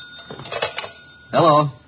Hello